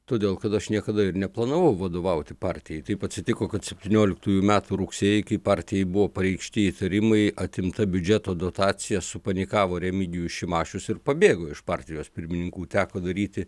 todėl kad aš niekada ir neplanavau vadovauti partijai taip atsitiko kad septynioliktųjų metų rugsėjį kai partijai buvo pareikšti įtarimai atimta biudžeto dotacija supanikavo ir remigijus šimašius ir pabėgo iš partijos pirmininkų teko daryti